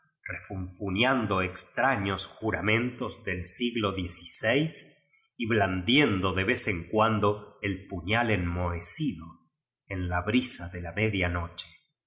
refunfuñando extra ños juramentos del siglo xvi y blandiendo de vez en cuando el puñal enmohecido en la brisa de